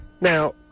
Now